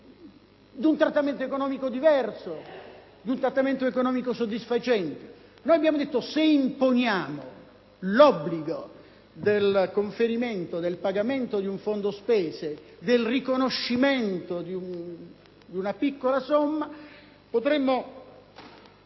di un trattamento economico diverso, soddisfacente. Abbiamo pensato che, se imponiamo l'obbligo del conferimento del pagamento di un fondo spese, del riconoscimento di una piccola somma, potremmo